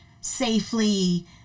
safely